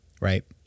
right